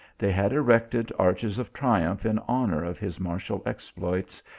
they had erected arches of triumph in honour of his martial exploits,